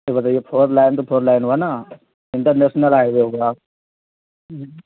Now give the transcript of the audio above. یہ بتائیے four line تو فور لائن ہوا نا انٹرنیشنل ہائی وے ہوگا